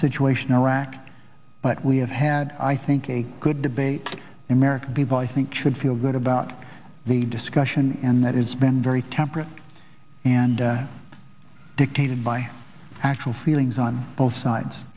situation in iraq but we have had i think a good debate in america people i think should feel good about the discussion and that it's been very temperate and dictated by actual feelings on both sides